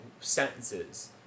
sentences